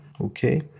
Okay